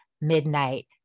midnight